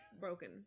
broken